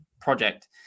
project